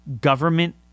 government